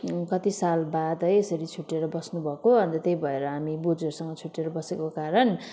कति सालबाद है यसरी छुट्टिएर बस्नुभएको अन्त त्यही भएर हामी बोजूहरूसँग छुट्टिएर बसेको कारण